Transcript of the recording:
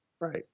right